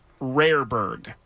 Rareberg